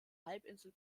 halbinsel